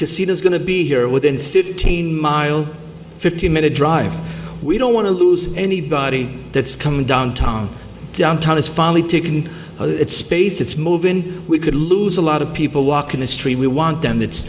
casino is going to be here within fifteen miles fifteen minute drive we don't want to lose anybody that's coming downtown downtown has finally taken it space it's moving we could lose a lot of people walking the street we want them it's